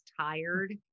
tired